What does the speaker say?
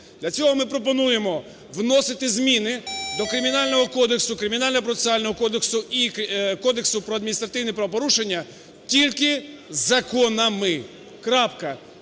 Для цього ми пропонуємо вносити зміни до Кримінального кодексу, Кримінально-процесуального кодексу і Кодексу про адміністративні правопорушення тільки законами,